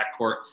backcourt